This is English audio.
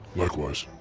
likewise.